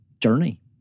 journey